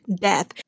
death